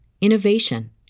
innovation